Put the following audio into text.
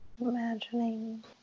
Imagining